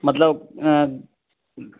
मतिलबु